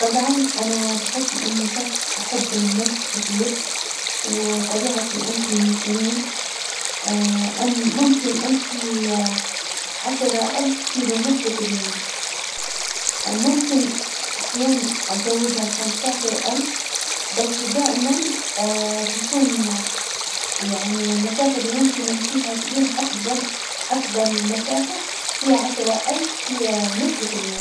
طبعا أنا بحكم إني شخص أحب المشي كثير، وطبيعتي أمشي من سنين أم- ممكن أمشي عشرة ألف كيلو متر في اليوم، ممكن أحيانا أزودها خمسطعشر ألف، بس دائما بيكون يعني المسافة اللي ممكن أمشيها في اليوم أفظل- أفظل مسافة هي عشرة ألف كي- متر في اليوم.